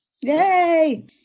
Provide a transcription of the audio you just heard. Yay